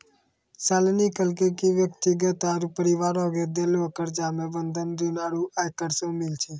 शालिनी कहलकै कि व्यक्ति आरु परिवारो के देलो कर्जा मे बंधक ऋण आरु आयकर शामिल छै